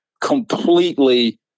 completely